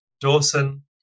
Dawson